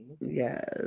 Yes